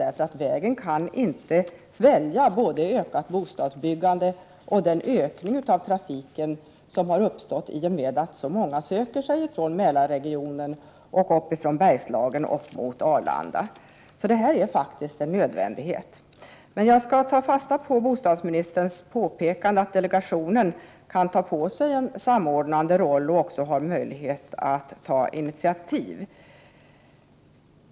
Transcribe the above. Den gamla vägen kan inte svälja både ökat bostadsbyggande och därmed ökad trafik samt den ökning i trafiken som uppstått i och med att så många söker sig från Mälarregionen och Bergslagen upp mot Arlanda. Den nya vägen är en nödvändighet. Men jag skall, som sagt, ta fasta på bostadsministerns påpekande att delegationen kan ta på sig en samordnande roll och har möjlighet att ta initiativ.